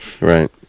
Right